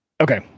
Okay